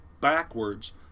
backwards